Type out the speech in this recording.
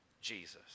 Jesus